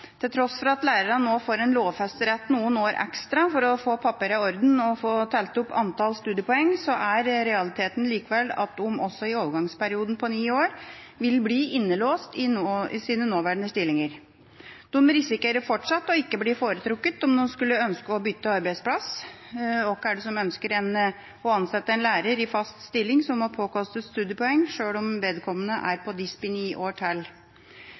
Til tross for at lærerne nå får en lovfestet rett til noen år ekstra til å få papirene i orden og få talt opp antall studiepoeng, er realiteten likevel at de også i overgangsperioden på ni år vil bli innelåst i sine nåværende stillinger. De risikerer fortsatt å ikke bli foretrukket om de skulle ønske å bytte arbeidsplass. Hvem ønsker å ansette en lærer i fast stilling som må påkostes studiepoeng, selv om vedkommende har dispensasjon i ni år til?